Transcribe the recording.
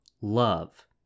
love